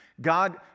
God